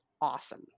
awesome